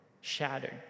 shattered